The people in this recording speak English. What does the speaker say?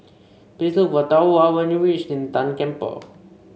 please look for Thorwald when you reach Lin Tan Temple